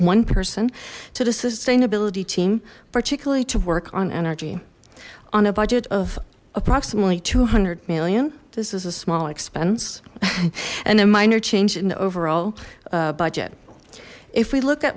one person to the sustainability team particularly to work on energy on a budget of approximately two hundred million this is a small expense and a minor change in the overall budget if we look at